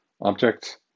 objects